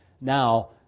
now